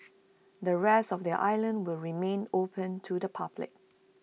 the rest of the island will remain open to the public